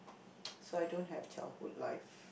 so I don't have childhood life